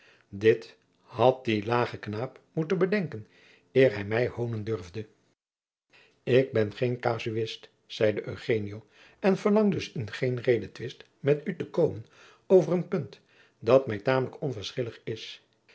dit had die lage knaap moeten bedenken eer hij mij hoonen durfde ik ben geen casuist zeide eugenio en verlang dus in geen redetwist met u te komen over een punt dat mij tamelijk onverschillig is